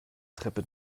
treppe